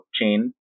chain